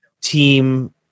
team